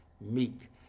meek